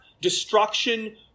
destruction